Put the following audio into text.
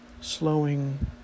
slowing